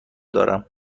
دارم